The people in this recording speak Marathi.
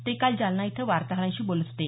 ते काल जालना इथं वार्ताहरांशी बोलत होते